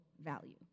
value